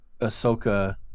Ahsoka